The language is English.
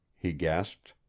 he gasped.